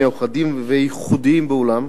המיוחדים והייחודיים בעולם.